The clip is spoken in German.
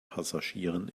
passagieren